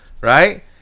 right